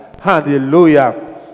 Hallelujah